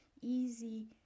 easy